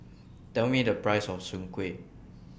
Tell Me The Price of Soon Kuih